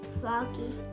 Froggy